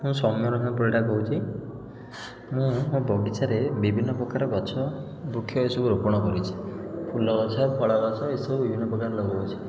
ମୁଁ ସୋମ୍ୟରଞ୍ଜନ ପରିଡ଼ା କହୁଛି ମୁଁ ମୋ ବଗିଚାରେ ବିଭିନ୍ନପ୍ରକାର ଗଛ ବୃକ୍ଷ ଏସବୁ ରୋପଣ କରିଛି ଫୁଲ ଗଛ ଫଳ ଗଛ ଏ ସବୁ ବିଭିନ୍ନପ୍ରକାର ଲଗାଉଛି